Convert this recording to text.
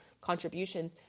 contribution